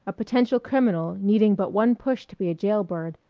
a potential criminal needing but one push to be a jailbird,